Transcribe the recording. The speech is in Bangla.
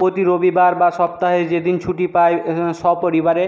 প্রতি রবিবার বা সপ্তাহে যেদিন ছুটি পায় সপরিবারে